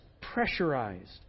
pressurized